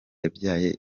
yabyaye